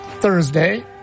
Thursday